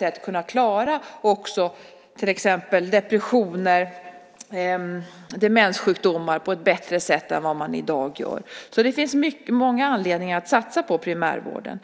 att kunna klara till exempel depressioner och demenssjukdomar på ett bättre sätt än vad man i dag gör. Det finns många anledningar att satsa på primärvården.